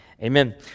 amen